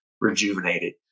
rejuvenated